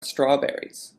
strawberries